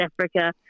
Africa